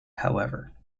however